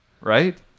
right